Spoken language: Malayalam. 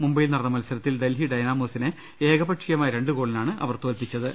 മുംബൈയിൽ നടന്ന മത്സരത്തിൽ ഡൽഹി ഡൈനാമോസിനെ ഏകപക്ഷീ യമായ രണ്ട് ഗോളിനാണ് അവർ തോൽപ്പിച്ചത്